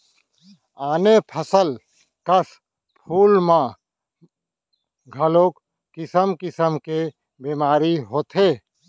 आने फसल कस फूल मन म घलौ किसम किसम के बेमारी होथे